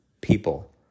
people